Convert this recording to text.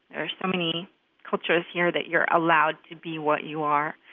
are so many cultures here that you're allowed to be what you are.